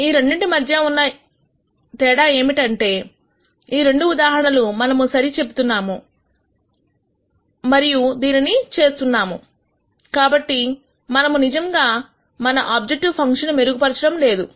ఈ రెండింటి మధ్య ఉన్నా ఏమిటంటే ఈ ఉదాహరణలు మనము సరిగా చెబుతున్నాము మరియు దీనిని చేస్తున్నాము కానీ మనము నిజంగా గా మన మన ఆబ్జెక్టివ్ ఫంక్షన్ను మెరుగు పరచడం లేదు